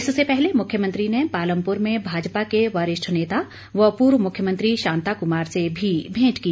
इससे पहले मुख्यमंत्री ने पालमपुर में भाजपा के वरिष्ठ नेता व पूर्व मुख्यमंत्री शांता कुमार से भी भेंट की